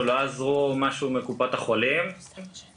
פנו מקופות החולים כדי